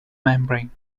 membrane